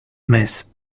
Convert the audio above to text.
miss